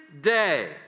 day